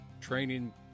training